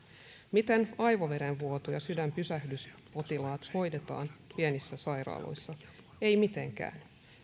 miten aivoverenvuoto ja sydänpysähdyspotilaat hoidetaan pienissä sairaaloissa ei mitenkään